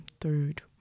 third